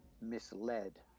misled